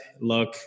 look